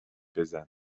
بزن